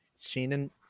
Shannon